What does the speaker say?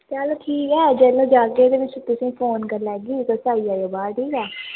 चलो ठीक ऐ जेल्लै जाह्गे ते तुसें ई फोन करी लेगी तुस आई जाओ बाह्रै ई ठीक ऐ